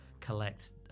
collect